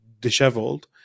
disheveled